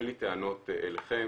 אין לי טענות אליכם